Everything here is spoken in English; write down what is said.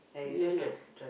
know not